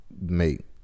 make